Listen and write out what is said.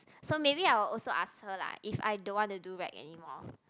so maybe I will also alter lah if I don't want to do rack anymore